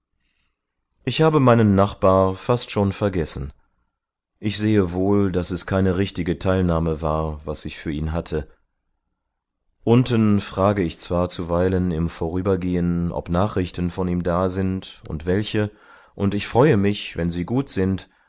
ich habe meinen nachbar fast schon vergessen ich sehe wohl daß es keine richtige teilnahme war was ich für ihn hatte unten frage ich zwar zuweilen im vorübergehen ob nachrichten von ihm da sind und welche und ich freue mich wenn sie gut sind